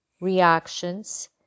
reactions